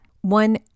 One